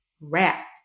wrap